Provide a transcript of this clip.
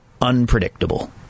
unpredictable